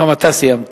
גם אתה סיימת.